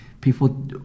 people